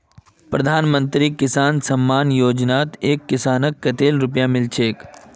प्रधानमंत्री किसान सम्मान निधित एक किसानक कतेल रुपया मिल छेक